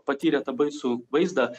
patyrė tą baisų vaizdą